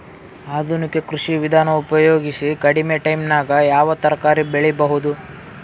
ಆಧುನಿಕ ಕೃಷಿ ವಿಧಾನ ಉಪಯೋಗಿಸಿ ಕಡಿಮ ಟೈಮನಾಗ ಯಾವ ತರಕಾರಿ ಬೆಳಿಬಹುದು?